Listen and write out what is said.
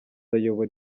ayobora